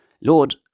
Lord